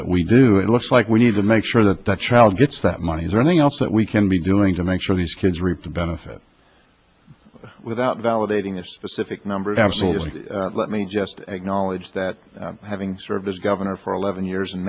that we do it looks like we need to make sure that that child gets that money is there anything else that we can be doing to make sure these kids reap the benefit without validating a specific number absolutely let me just acknowledge that having served as governor for eleven years and